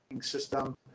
system